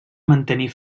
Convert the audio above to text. mantenir